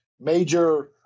major